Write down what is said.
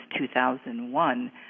2001